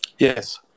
Yes